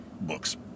books